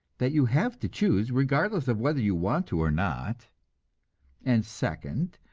that you have to choose, regardless of whether you want to or not and second,